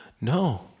No